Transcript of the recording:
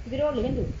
tiga dollar kan tu